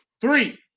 Three